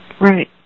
Right